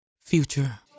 Future